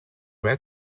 red